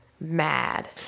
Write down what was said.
mad